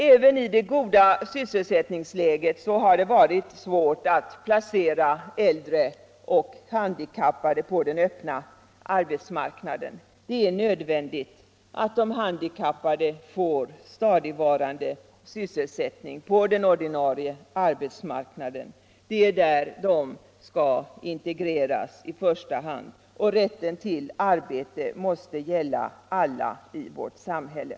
Även i det goda sysselsättningsläget har det varit svårt att placera äldre och handikappade på den öppna arbetsmarknaden. Det är nödvändigt att de handikappade får stadigvarande sysselsättning på den ordinarie arbetsmarknaden. Det är där som de i första hand skall integreras. Rätten till arbete måste gälla alla i vårt samhälle.